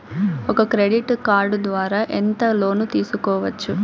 ఒక credit card ద్వారా ఎంత లోను తీసుకోవచ్చు?